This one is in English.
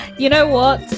you know what?